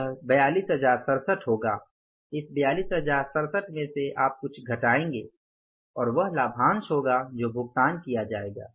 यह 42067 होगा इस 42067 मेंसे आप कुछ घटाएंगे और वह लाभांश होगा जो भुगतान किया जाएगा